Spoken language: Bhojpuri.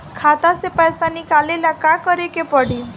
खाता से पैसा निकाले ला का करे के पड़ी?